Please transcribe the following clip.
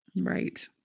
Right